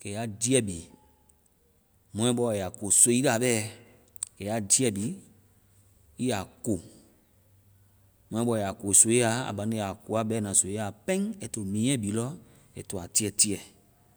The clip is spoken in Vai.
kɛ ya jiiɛ bi. Mɔɛbɔ ya ko soi ya bɛ. Kɛ ya jii bi ii ya ko. Mɔɛbɔ ya ko soiɛ a. aa baŋdae a koa bɛna soiɛ a, pɛŋ ai to miɛ bi lɔ ai ya tiɛtiɛ.